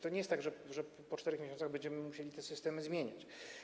To nie jest tak, że po 4 miesiącach będziemy musieli te systemy zmieniać.